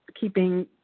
keeping